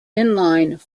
inline